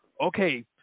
okay